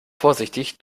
vorsichtig